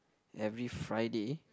every Friday